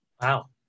Wow